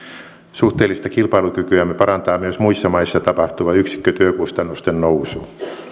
suhteellista kilpailukykyämme parantaa myös muissa maissa tapahtuva yksikkötyökustannusten nousu